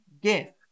gift